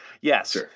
Yes